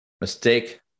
mistake